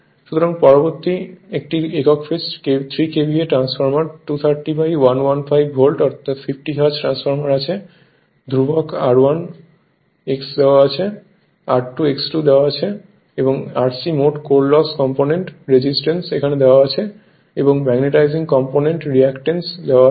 সুতরাং পরবর্তী একটি একক phase 3 KVA transformer 230 by 115 volt 50 hertz transformer আছে ধ্রুবক R1 X দেওয়া হয়েছে R 2 X2 ও দেওয়া হয়েছে এবং RC মোট কোল লস কম্পোনেন্ট রেজিস্ট্যান্স এখানে দেওয়া আছে এবং ম্যাগনেটাইজিং কম্পোনেন্ট রিয়্যাকট্যান্স দেওয়া আছে